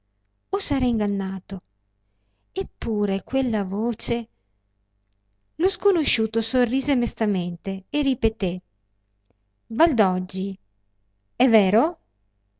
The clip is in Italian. o s'era ingannato eppure quella voce lo sconosciuto sorrise mestamente e ripeté valdoggi è vero